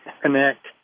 connect